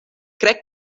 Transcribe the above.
crec